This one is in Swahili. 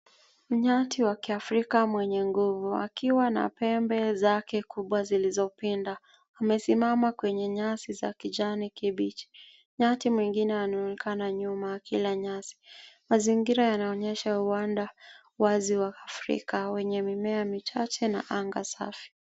Nyati wa kiafrika mwenye nguvu, akiwa na pembe zake kubwa zilizopinda. Amesimama kwenye nyasi za kijani kibichi. Nyati mwingine anaonekana nyuma akila nyasi. Mazingira yanaonyesha uwanda wazi wa Afrika wenye mimea michache, na anga safi.